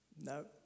no